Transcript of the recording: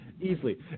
easily